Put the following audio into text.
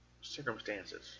circumstances